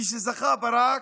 כשזכה ברק,